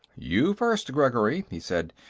you first, gregory, he said.